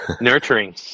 Nurturing